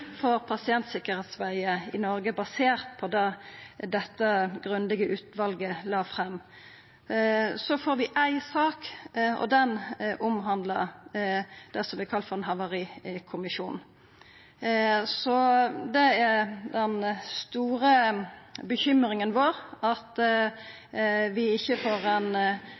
for pasientsikkerheitsarbeidet i Noreg, basert på det som dette grundige utvalet la fram. Så får vi ei sak, og ho omhandlar det som vert kalla for ein havarikommisjon. Det er den store bekymringa vår at vi ikkje får